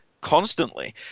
constantly